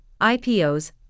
IPOs